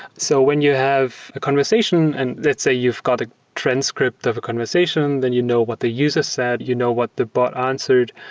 so when you have a conversation and let's say you've got a transcript of a conversation, then you know what the user said. you know what the bot answered.